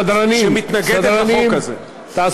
שמתנגדת לחוק הזה.